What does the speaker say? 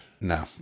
No